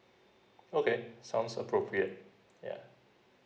okay sounds appropriate yeah